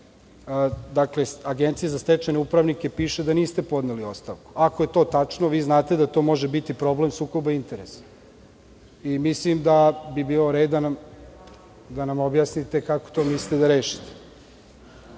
sajtu Agencije za stečajne upravnike piše da niste podneli ostavku. Ako je to tačno, vi znate da to može biti problem sukoba interesa. Mislim da bi bio red da nam objasnite kako to mislite da rešite. Ono